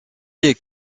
est